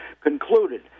concluded